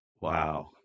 Wow